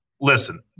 Listen